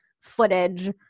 footage